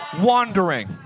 Wandering